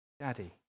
Daddy